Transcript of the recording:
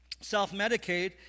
self-medicate